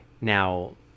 now